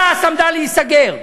תע"ש עמדה להיסגר,